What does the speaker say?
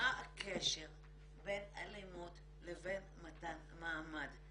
מה הקשר בין אלימות לבין מתן מעמד.